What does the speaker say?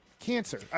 cancer